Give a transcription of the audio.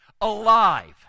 alive